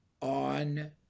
on